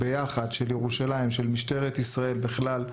של משטרת ישראל בכלל,